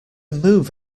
move